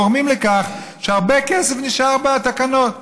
גורמים לכך שהרבה כסף נשאר בתקנות.